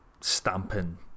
stamping